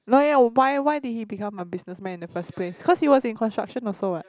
no eh why why did he become a business man in the first place cause he was in construction also what